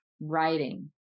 writing